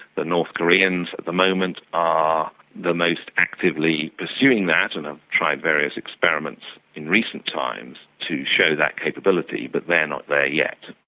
the north koreans at the moment are the most actively pursuing that and have tried various experiments in recent times to show that capability, but they are not there yet.